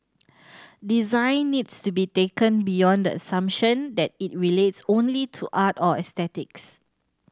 design needs to be taken beyond the assumption that it relates only to art or aesthetics